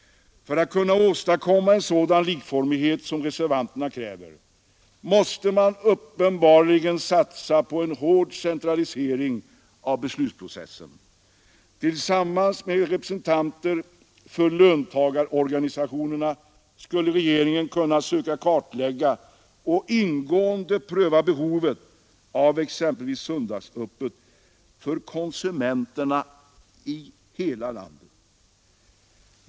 För att kunna åstadkomma en sådan likformighet som reservanterna kräver måste man uppenbarligen satsa på en hård centralisering av beslutsprocessen. Tillsammans med representanter för löntagarorganisationerna skulle regeringen kunna söka kartlägga och ingående pröva behovet av exempelvis söndagsöppet för konsumenterna i hela landet.